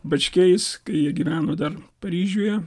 bačkiais kai jie gyveno dar paryžiuje